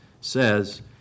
says